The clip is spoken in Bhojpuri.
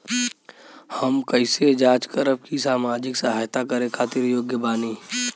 हम कइसे जांच करब की सामाजिक सहायता करे खातिर योग्य बानी?